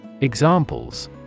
Examples